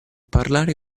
parlare